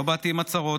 לא באתי עם הצהרות.